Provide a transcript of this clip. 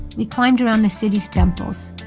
we climbed around the city's temples,